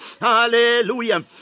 Hallelujah